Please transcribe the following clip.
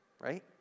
right